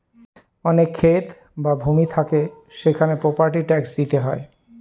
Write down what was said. অনেক ক্ষেত বা ভূমি থাকে সেখানে প্রপার্টি ট্যাক্স দিতে হয়